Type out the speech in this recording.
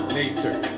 nature